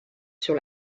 sur